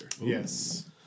Yes